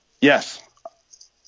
Yes